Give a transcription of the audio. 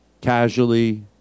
casually